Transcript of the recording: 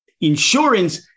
Insurance